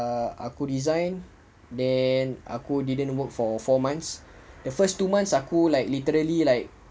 aku resign then aku didn't work for four months the first two months aku like literally like